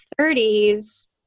30s